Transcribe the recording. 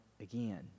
again